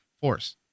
force